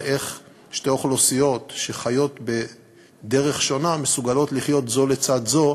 איך שתי אוכלוסיות שחיות בדרכים שונות מסוגלות לחיות זו לצד זו